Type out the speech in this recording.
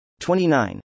29